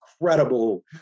incredible